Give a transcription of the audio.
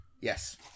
Yes